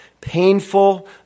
painful